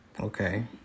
okay